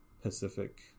Pacific